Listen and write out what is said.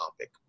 topic